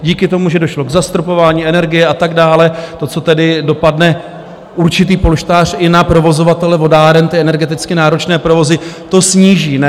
Díky tomu, že došlo k zastropování energie a tak dále, to, co tedy dopadne, určitý polštář, i na provozovatele vodáren, ty energeticky náročné provozy to sníží.